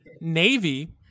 Navy